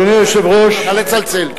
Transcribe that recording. נא לצלצל.